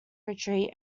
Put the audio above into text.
retreat